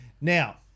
Now